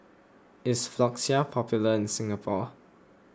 is Floxia popular in Singapore